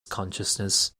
consciousness